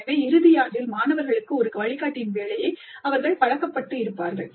எனவே இறுதி ஆண்டில் மாணவர்களுக்கு ஒரு வழிகாட்டியின் வேலையை அவர்கள் பழக்கப்பட்டு இருப்பார்கள்